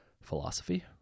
Philosophy